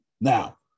Now